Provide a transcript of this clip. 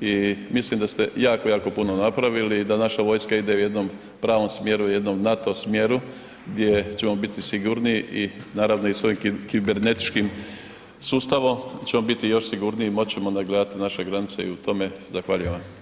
i mislim da ste jako, jako puno napravili i da naša vojska ide u jednom pravom smjeru, u jednom NATO smjeru gdje ćemo biti sigurniji i naravno i s ovim kibernetičkim sustavom ćemo biti još sigurnosti, moći ćemo onda gledati u naše granice i u tome zahvaljujem vam.